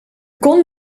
kon